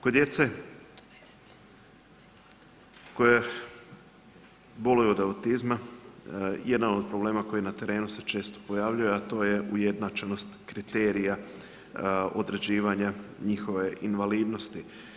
Kod djece koja boluju od autizma, jedan od problema koji na terenu se često pojavljuje, a to je ujednačenost kriterija određivanja njihove invalidnosti.